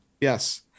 Yes